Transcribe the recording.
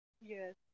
Yes